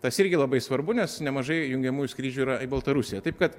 tas irgi labai svarbu nes nemažai jungiamųjų skrydžių yra į baltarusiją taip kad